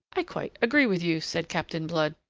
i quite agree with you, said captain blood.